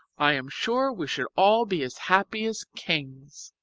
i am sure we should all be as happy as kings.